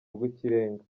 rw’ikirenga